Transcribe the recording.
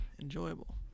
enjoyable